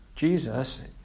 Jesus